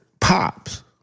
pops